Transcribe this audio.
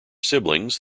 siblings